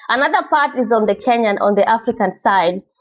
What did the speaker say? another part is on the kenyan on the african side.